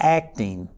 acting